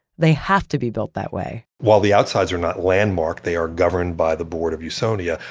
they have to be built that way while the outsides are not landmarked, they are governed by the board of usonia,